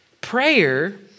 Prayer